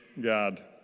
God